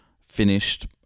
finished